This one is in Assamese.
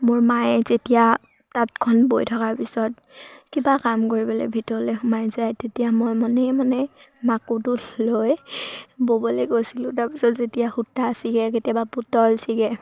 মোৰ মায়ে যেতিয়া তাঁতখন বৈ থকাৰ পিছত কিবা কাম কৰিবলৈ ভিতৰলৈৈ সোমাই যায় তেতিয়া মই মনে মনে মাকোটো লৈ ব'বলৈ গৈছিলোঁ তাৰপিছত যেতিয়া সূতা ছিগে কেতিয়াবা পুতল ছিগে